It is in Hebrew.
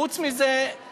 חוץ מזה,